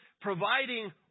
providing